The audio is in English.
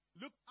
look